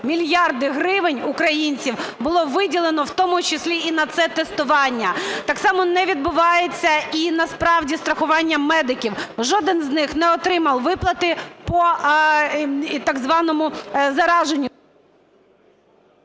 мільярда гривень українців було виділено в тому числі і на це тестування. Так само, не відбувається і насправді страхування медиків, жоден з них не отримав виплати по, так званому, зараженню…